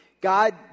God